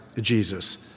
Jesus